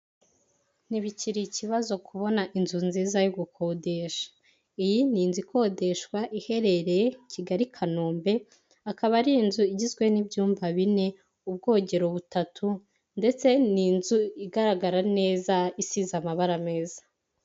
Ntibikiri ikibazo kubona inzu nziza yo gukodesha iyi ni inzu ikodeshwa iherereye kigali kanombe akaba ari inzu igizwe n'ibyumba bine ubwogero butatu ndetse n'inzu igaragara neza isize amabara meza.